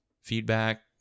feedback